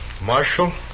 Marshal